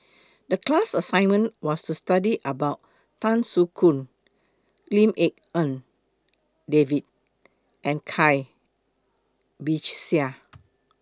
The class assignment was to study about Tan Soo Khoon Lim Tik En David and Cai Bixia